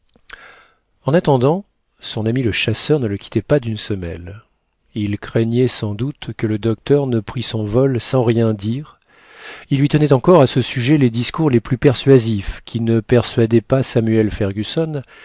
en attendant son ami le chasseur ne le quittait pas d'une semelle il craignait sans doute que le docteur ne prît son vol sans rien dire il lui tenait encore à ce sujet les discours les plus persuasifs qui ne persuadaient pas samuel fergusson